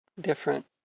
different